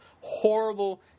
horrible